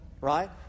right